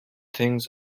things